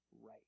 right